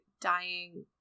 dying